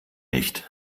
nicht